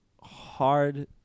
hard